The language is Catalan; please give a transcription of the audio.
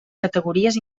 categories